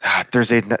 Thursday